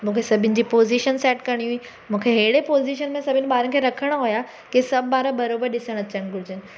मूंखे सभिनी जी पोज़ीशन सेट करिणी हुई मूंखे अहिड़े पोज़ीशन में सभिनी ॿारनि खे रखिणा हुआ की सभु ॿार बराबरि ॾिसणु अचण घुरिजनि